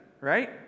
right